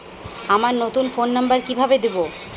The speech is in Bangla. আমার নতুন ফোন নাম্বার কিভাবে দিবো?